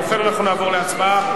ובכן, אנחנו נעבור להצבעה.